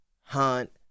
Hunt